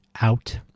out